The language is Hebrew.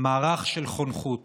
מערך של חונכות